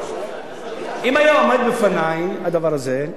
אם היה עומד לפני הדבר הזה,